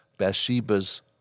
Bathsheba's